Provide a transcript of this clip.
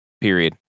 Period